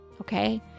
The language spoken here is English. Okay